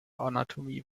anatomie